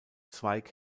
zweig